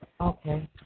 Okay